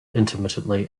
intermittently